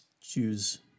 choose